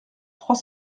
trois